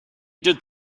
did